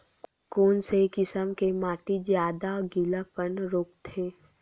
कोन से किसम के माटी ज्यादा गीलापन रोकथे?